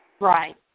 Right